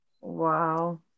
wow